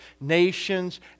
nations